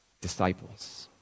disciples